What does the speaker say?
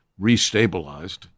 restabilized